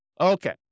Okay